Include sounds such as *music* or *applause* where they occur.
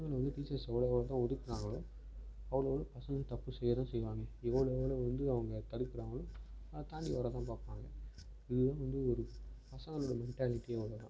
பசங்களை வந்து டீச்சர்ஸ் *unintelligible* தூரம் ஒதுக்கிறாங்களோ அவ்வளோ அளவுக்கு பசங்க தப்பு செய்யத்தான் செய்வாங்க எவ்வளோ எவ்வளோ வந்து அவங்க தடுக்கிறாங்களோ அதை தாண்டி வர தான் பார்ப்பாங்க *unintelligible* பசங்களுக்கு மென்டாலிட்டி அவ்வளோதான்